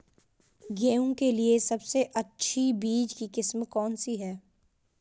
गेहूँ के लिए सबसे अच्छी बीज की किस्म कौनसी है?